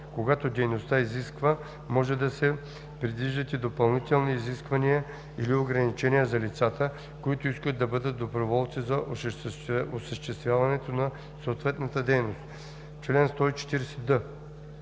Когато дейността изисква, може да се предвиждат и допълнителни изисквания или ограничения за лицата, които искат да бъдат доброволци за осъществяването на съответната дейност. Чл. 140д.